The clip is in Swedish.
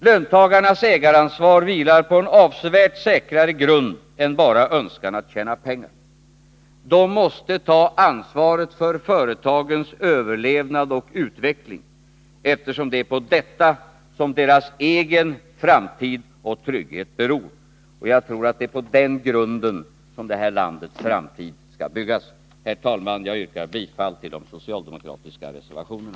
Löntagarnas ägaransvar vilar på en avsevärt säkrare grund än bara önskan att tjäna pengar. De måste ta ansvaret för företagens överlevnad och utveckling, eftersom det är på detta som deras egen framtid och trygghet beror. Och jag tror att det är på den grunden som det här landets framtid skall byggas. Herr talman! Jag yrkar bifall till de socialdemokratiska reservationerna.